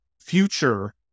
future